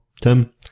Tim